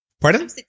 Pardon